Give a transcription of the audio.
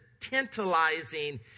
tantalizing